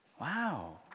Wow